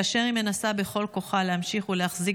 כאשר היא מנסה בכל כוחה להמשיך ולהחזיק